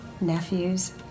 nephews